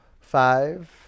five